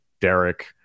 Derek